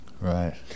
right